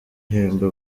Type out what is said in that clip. ihemba